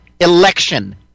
election